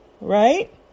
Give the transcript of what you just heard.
right